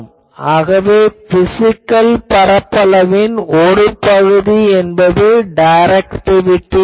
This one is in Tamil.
ஆகவே பிசிகல் பரப்பளவின் ஒரு பகுதி என்பது டைரக்டிவிட்டி ஆகும்